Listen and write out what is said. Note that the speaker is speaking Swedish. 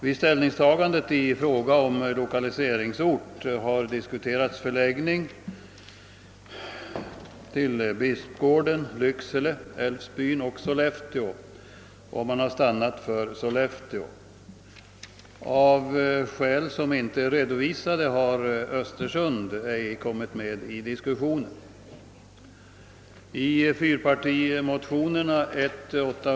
När det gäller förläggningen av det norra skogsinstitutet har man diskuterat Bispgården, Lycksele, Älvsbyn och Sollefteå, och Kungl. Maj:t har stannat för Sollefteå. Av skäl som inte redovisas har Östersund inte kommit med i diskussionen.